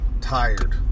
Tired